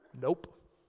Nope